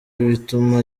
ibituma